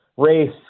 Race